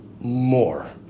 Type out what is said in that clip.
more